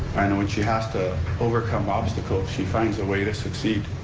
and when she has to overcome obstacles, she finds a way to succeed.